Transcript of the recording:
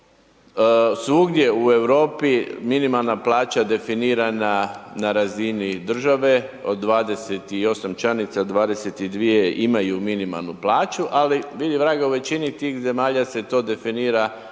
svugdje u Europi minimalna plaća definirana na razini države od 28 članica, 22 imaju minimalnu plaću, ali vidi vraga u većini tih zemalja se to definira sa